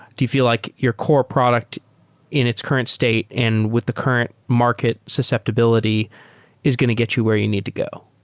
do feel like your core product in its current state and with the current market susceptibility is going to get you where you need to go?